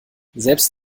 selbst